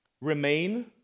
remain